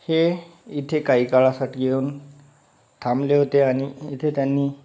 हे इथे काही काळासाठी येऊन थांबले होते आणि इथे त्यांनी